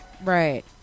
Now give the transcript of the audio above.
right